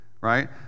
right